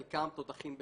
חלקם תותחים בשיווק,